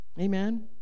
Amen